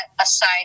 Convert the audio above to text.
aside